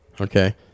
Okay